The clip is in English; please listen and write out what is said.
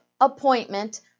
appointment